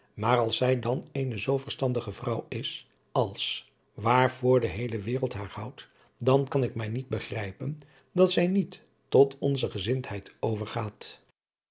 maar als zij dan eene zoo verstandige vrouw is als waarvoor de heele adriaan loosjes pzn het leven van hillegonda buisman wereld haar houdt dan kan ik mij niet begrijpen dat zij niet tot onze gezindheid overgaat